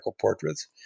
portraits